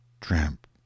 tramp